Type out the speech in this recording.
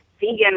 Vegan